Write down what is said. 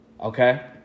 Okay